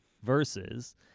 Versus